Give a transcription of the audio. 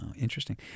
interesting